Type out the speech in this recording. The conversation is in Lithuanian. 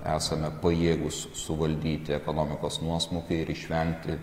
esame pajėgūs suvaldyti ekonomikos nuosmukį ir išvengti